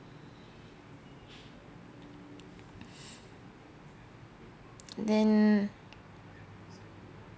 then